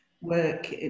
work